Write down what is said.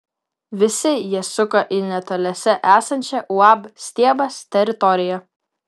visi jie suka į netoliese esančią uab stiebas teritoriją